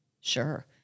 sure